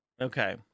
Okay